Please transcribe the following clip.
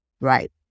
right